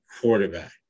quarterback